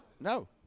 No